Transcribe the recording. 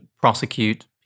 prosecute